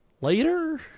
later